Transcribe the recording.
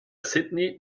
sydney